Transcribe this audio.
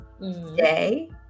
day